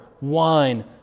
wine